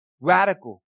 Radical